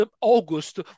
August